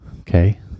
Okay